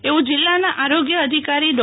એવું જિલ્લાના આરોગ્ય અધિકારી ડો